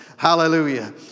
Hallelujah